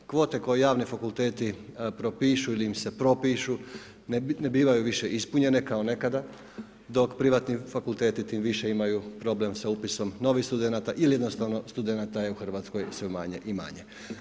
Kvote koje javni fakulteti propišu ili im se propišu ne bivaju više ispunjenje kao nekada, dok privatni fakulteti tim više imaju problem s upisom novih studenata, ili jednostavno studenata je u Hrvatskoj je sve manje i manje.